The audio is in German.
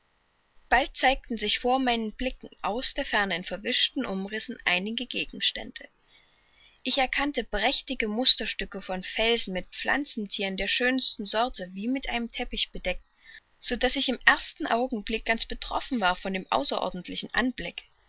bald zeigten sich vor meinen blicken aus der ferne in verwischten umrissen einige gegenstände ich erkannte prächtige musterstücke von felsen mit pflanzenthieren der schönsten sorte wie mit einem teppich bedeckt so daß ich im ersten augenblick ganz betroffen war von dem außerordentlichen anblick